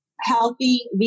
healthy